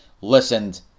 listened